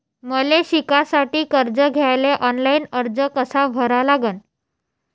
मले शिकासाठी कर्ज घ्याले ऑनलाईन अर्ज कसा भरा लागन?